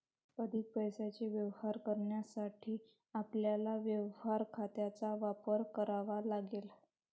अधिक पैशाचे व्यवहार करण्यासाठी आपल्याला व्यवहार खात्यांचा वापर करावा लागेल